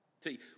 See